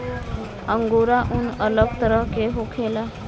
angora ऊन अलग तरह के होखेला